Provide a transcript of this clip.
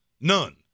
None